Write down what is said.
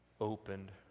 opened